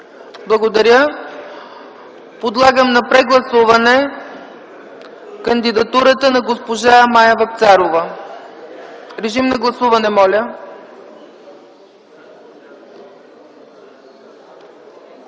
Благодаря. Подлагам на прегласуване кандидатурата на госпожа Мая Вапцарова. Гласували